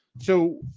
so,